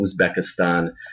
uzbekistan